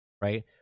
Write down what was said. right